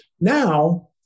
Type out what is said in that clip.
Now